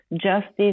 justice